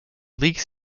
leaks